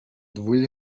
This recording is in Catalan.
vull